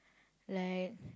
like